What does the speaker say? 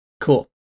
Cool